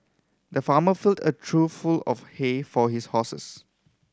the farmer filled a trough full of hay for his horses